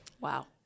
Wow